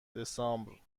دسامبر